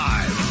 Live